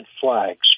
flags